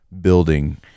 building